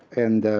and